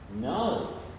No